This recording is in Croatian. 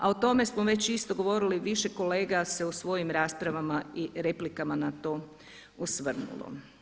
A o tome smo već isto govorili, više kolega se u svojim raspravama i replikama na to osvrnulo.